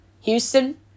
Houston